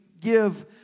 give